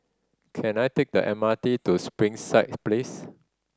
can I take the M R T to Springside Place